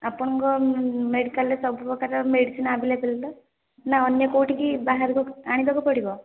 ଆପଣଙ୍କ ମେଡ଼ିକାଲ୍ରେ ସବୁପ୍ରକାର ମେଡ଼ିସିନ୍ ଆଭେଲେବଲ୍ ତ ନା ଅନ୍ୟ କେଉଁଠିକି ବାହାରକୁ ଆଣିବାକୁ ପଡ଼ିବ